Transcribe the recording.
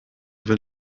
will